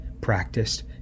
practiced